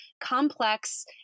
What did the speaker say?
complex